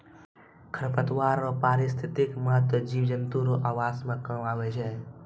खरपतवार रो पारिस्थितिक महत्व जिव जन्तु रो आवास मे काम आबै छै